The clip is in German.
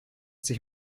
sich